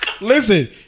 Listen